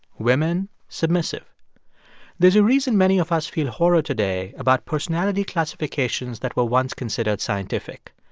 women submissive there's a reason many of us feel horror today about personality classifications that were once considered scientific.